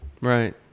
right